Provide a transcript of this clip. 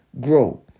grow